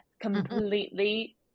completely